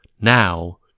now